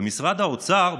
ומשרד האוצר,